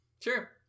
Sure